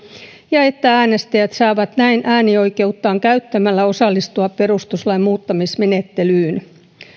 ja että äänestäjät saavat näin äänioikeuttaan käyttämällä osallistua perustuslain muuttamismenettelyyn